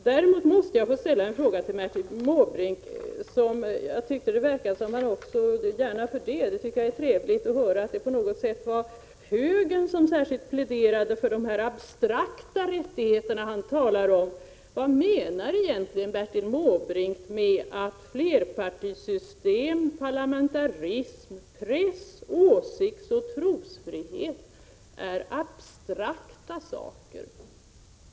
Det var också trevligt att höra Bertil Måbrink säga att det var högern som särskilt pläderade för dessa, som han sade, abstrakta rättigheter. Men jag måste då ställa frågan: Vad menar egentligen Bertil Måbrink med att flerpartisystem, parlamentarism, press-, åsiktsoch trosfrihet är abstrakta saker?